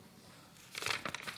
אינו נוכח אילת שקד,